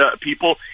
people